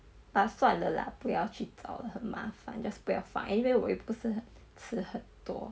but 算了 lah 不要去找很麻烦 just 不要放应为我也不是很吃很多